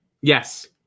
Yes